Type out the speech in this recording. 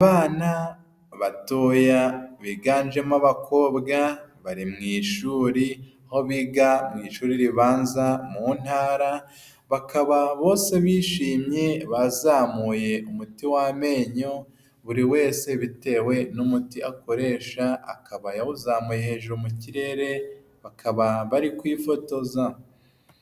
Abana batoya biganjemo abakobwa bari mu ishuri aho biga mu ishuri ribanza mu ntara. Bakaba bose bishimye, bazamuye umuti w'amenyo buri wese bitewe n' umuti akoresha, akaba yawuzamuye hejuru mu kirere. Bakaba bari kwifotoza.